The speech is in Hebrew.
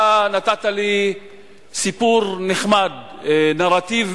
אתה נתת לי סיפור נחמד, נרטיב